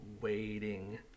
waiting